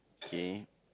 K